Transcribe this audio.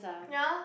ya